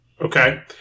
Okay